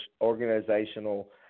organizational